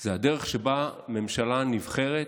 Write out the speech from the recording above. זו הדרך שבה ממשלה נבחרת,